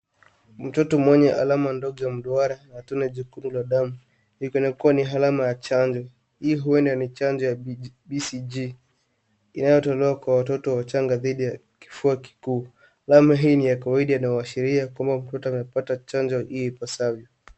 Mtoto mwenye alama ndogo ya mduara na tone jekundu la damu, inaeza kuwa alama ya chanjo. Hii inaweza kua chanjo ya BCG inayotolewa kwa watoto wachanga dhidi ya kifua kikuu. Alama hii ni ya kawaida inayoashiria kwamba mtoto amepata chanjo ipasavyo.